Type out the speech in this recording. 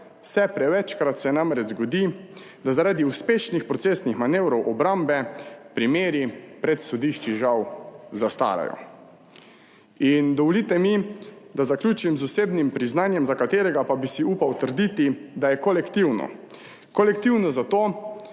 Vse prevečkrat se namreč zgodi, da zaradi uspešnih procesnih manevrov obrambe, primeri pred sodišči, žal, zastarajo. In dovolite mi, da zaključim z osebnim priznanjem, za katerega pa bi si upal trditi, da je kolektivno. Kolektivno zato,